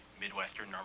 midwestern